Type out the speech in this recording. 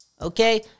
okay